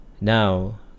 Now